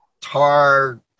tar